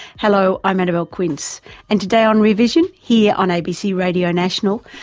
hello, i'm annabelle quince and today on rear vision, here on abc radio national,